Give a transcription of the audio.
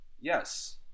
yes